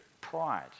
pride